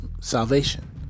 salvation